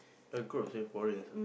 the group had